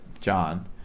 John